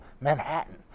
Manhattan